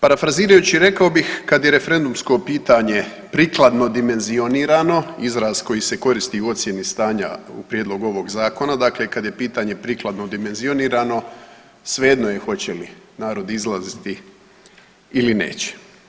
Parafrazirajući rekao bih kada je referendumsko pitanje prikladno dimenzionirano, izraz koji se koristi u ocjeni stanja u prijedlogu ovog zakona, dakle kada je pitanje prikladno dimenzionirano svejedno je hoće li narod izlaziti ili neće.